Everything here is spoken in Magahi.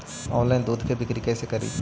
ऑनलाइन दुध के बिक्री कैसे करि?